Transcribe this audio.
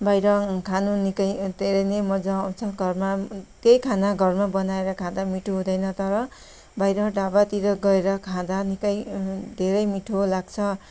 बाहिर खानु निकै धेरै नै मज्जा आउँछ घरमा त्यही खाना घरमा बनाएर खाँदा मिठो हुँदैन तर बाहिर ढाबातिर गएर खाँदा निकै धेरै मिठो लाग्छ